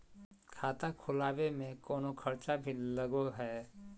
खाता खोलावे में कौनो खर्चा भी लगो है?